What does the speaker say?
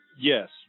Yes